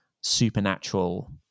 supernatural